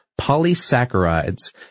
polysaccharides